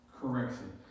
correction